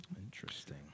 Interesting